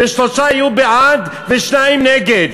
ושלושה יהיו בעד ושניים נגד.